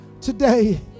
today